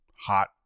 Hot